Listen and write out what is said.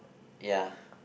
ya